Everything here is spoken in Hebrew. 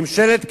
ממשלת קדימה.